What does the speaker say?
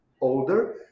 older